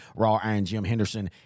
rawironjimhenderson